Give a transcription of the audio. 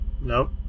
Nope